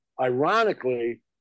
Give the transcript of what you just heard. ironically